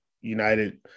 United